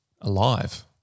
alive